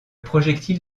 projectile